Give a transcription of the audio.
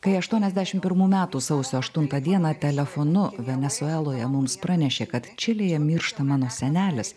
kai aštuoniasdešimt pirmų metų sausio aštuntą dieną telefonu venesueloje mums pranešė kad čilėje miršta mano senelis